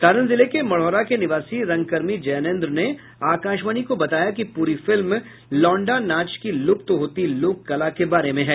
सारण जिले के मढ़ौरा के निवासी रंगकर्मी जैनेंद्र ने आकाशवाणी को बताया कि पूरी फिल्म लौंडा नाच की लुप्त होती लोक कला के बारे में है